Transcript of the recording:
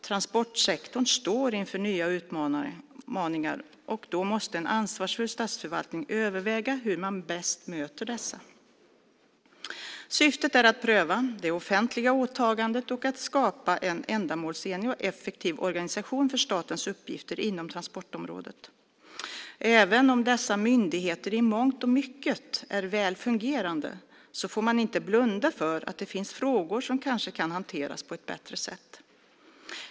Transportsektorn står inför nya utmaningar och då måste en ansvarsfull statsförvaltning överväga hur man bäst möter dessa. Syftet är att pröva det offentliga åtagandet och att skapa en ändamålsenlig och effektiv organisation för statens uppgifter inom transportområdet. Även om dessa myndigheter i mångt och mycket är väl fungerande får man inte blunda för att det finns frågor som kanske kan hanteras på ett bättre sätt.